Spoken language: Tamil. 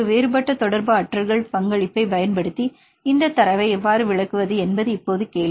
வேறுபட்ட தொடர்பு ஆற்றல்கள் பங்களிப்பைப் பயன்படுத்தி இந்தத் தரவை எவ்வாறு விளக்குவது என்பது இப்போது கேள்வி